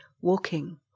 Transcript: walking